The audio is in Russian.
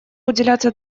уделяться